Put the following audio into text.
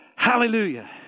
Hallelujah